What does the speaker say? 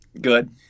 Good